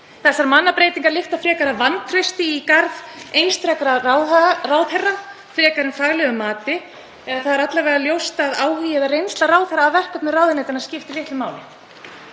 Þessar mannabreytingar lykta frekar af vantrausti í garð einstakra ráðherra en faglegu mati eða það er alla vega ljóst að áhugi eða reynsla ráðherra af verkefnum ráðuneytanna skiptir litlu máli.